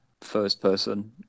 first-person